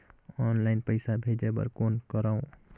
Online पईसा भेजे बर कौन करव?